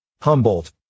Humboldt